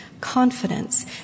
Confidence